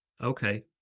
Okay